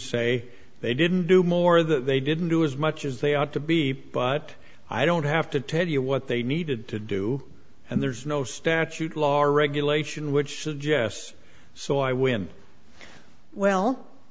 say they didn't do more that they didn't do as much as they ought to be but i don't have to tell you what they needed to do and there's no statute law or regulation which suggests so i win well